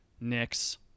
Knicks